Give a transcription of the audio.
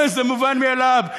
זה מובן מאליו.